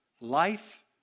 life